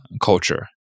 culture